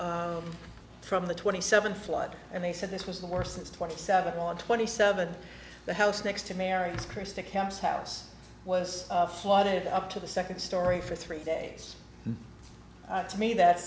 from the twenty seven flood and they said this was the worst since twenty seven on twenty seven the house next to mary christie camp's house was flooded up to the second story for three days to me that